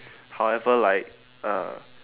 however like